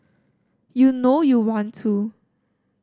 you know you want to